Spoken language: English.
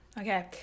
okay